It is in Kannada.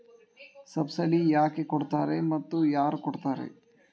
ಸಬ್ಸಿಡಿ ಯಾಕೆ ಕೊಡ್ತಾರ ಮತ್ತು ಯಾರ್ ಕೊಡ್ತಾರ್?